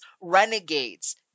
Renegades